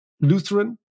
Lutheran